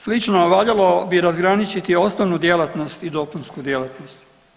Slično valjalo bi razgraničiti osnovnu djelatnost i dopunsku djelatnost.